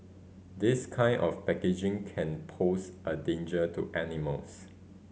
this kind of packaging can pose a danger to animals